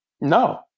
No